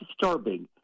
disturbing